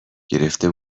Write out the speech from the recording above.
گرفته